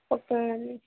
okay ma'am